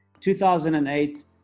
2008